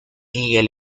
miguel